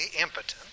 impotent